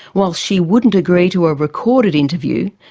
whilst she wouldn't agree to a recorded interview,